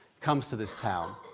comes to this town.